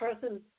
person